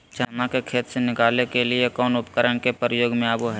चना के खेत से निकाले के लिए कौन उपकरण के प्रयोग में आबो है?